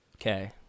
Okay